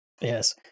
Yes